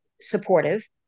supportive